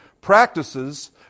practices